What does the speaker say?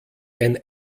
ein